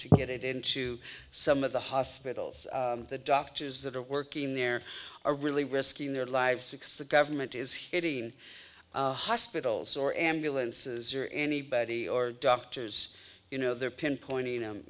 to get it into some of the hospitals the doctors that are working there are really risking their lives because the government is hitting hospitals or ambulances or anybody or doctors you know they're pinpointing